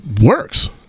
works